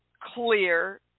clear